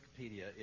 Wikipedia